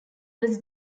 was